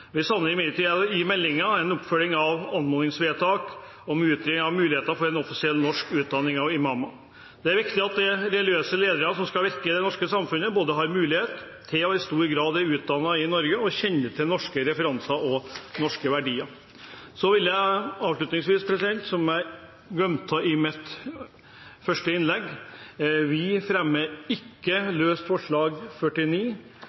Vi savner imidlertid i meldingen en oppfølging av anmodningsvedtak om utredning av muligheten for en offisiell norsk utdanning av imamer. Det er viktig at religiøse ledere som skal virke i det norske samfunnet, både har mulighet til å bli, og i stor grad er, utdannet i Norge og kjenner til norske referanser og norske verdier. Så vil jeg avslutningsvis si, som jeg glemte i mitt første innlegg: Vi fremmer ikke løst forslag nr. 49.